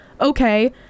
okay